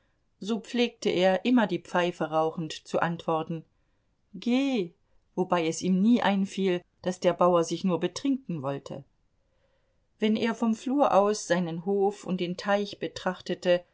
so pflegte er immer die pfeife rauchend zu antworten geh wobei es ihm nie einfiel daß der bauer sich nur betrinken wollte wenn er vom flur aus seinen hof und den teich betrachtete